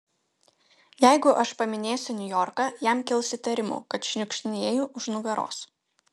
jeigu aš paminėsiu niujorką jam kils įtarimų kad šniukštinėju už nugaros